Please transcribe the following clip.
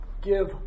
give